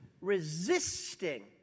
resisting